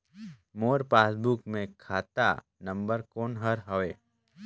मोर passbook मे खाता number कोन हर हवे?